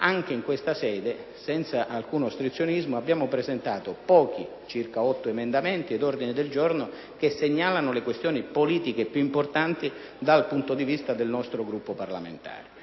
anche in questa sede, senza alcun ostruzionismo, abbiamo presentato pochi - otto - emendamenti ed ordini del giorno che segnalano le questioni politiche più importanti dal punto di vista del nostro Gruppo parlamentare.